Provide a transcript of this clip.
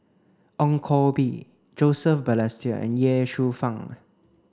Ong Koh Bee Joseph Balestier and Ye Shufang